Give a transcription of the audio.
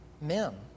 men